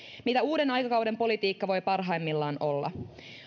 mitä uuden aikakauden politiikka voi parhaimmillaan olla